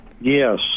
Yes